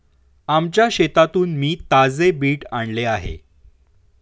आमच्या शेतातून मी ताजे बीट आणले आहे